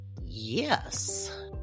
yes